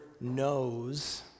knows